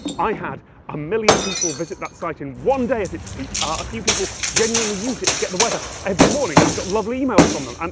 i had a million people visit that site in one day at its peak, a few people genuinely used it to get the weather every morning, i got lovely emails from them, um